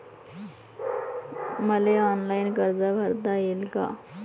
मले ऑनलाईन कर्ज भरता येईन का?